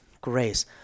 grace